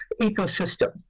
ecosystem